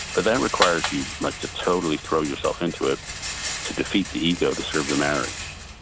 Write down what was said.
but that requires you like to totally throw yourself into it to defeat the ego to serve the marriage.